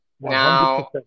Now